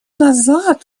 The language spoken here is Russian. назад